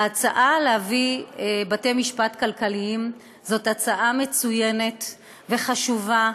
ההצעה להביא בתי משפט כלכליים זו הצעה מצוינת וחשובה,